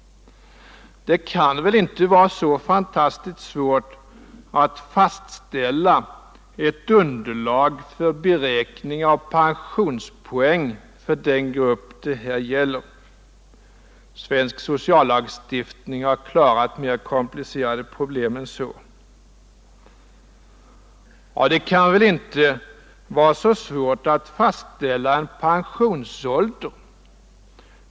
Det kan väl inte vara så fantastiskt svårt att fastställa ett underlag för beräkning av pensionspoäng för den grupp det här gäller. Svensk sociallagstiftning har klarat mer komplicerade problem än så. Och det kan väl inte vara så svårt att fastställa en pensionsålder.